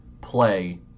play